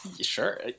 sure